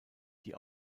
die